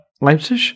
Leipzig